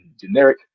generic